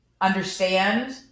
understand